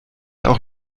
auch